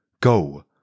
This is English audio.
Go